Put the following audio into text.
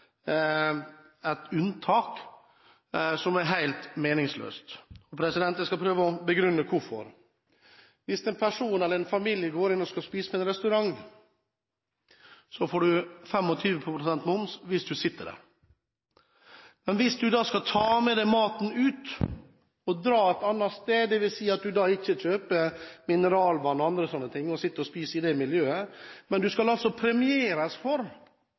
begrunne hvorfor. Hvis en person eller en familie går inn og skal spise på en restaurant, får man 25 pst. moms hvis man sitter der. Men hvis man skal ta med seg maten ut og dra et annet sted, dvs. at man ikke kjøper mineralvann eller andre ting og sitter og spiser i det miljøet, skal man altså premieres for